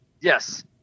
Yes